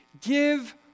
Give